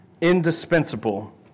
indispensable